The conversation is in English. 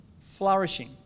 flourishing